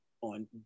on